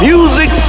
Music